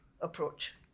approach